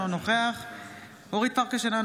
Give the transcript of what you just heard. אינו נוכח אורית פרקש הכהן,